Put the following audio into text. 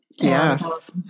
Yes